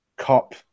cop